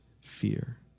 fear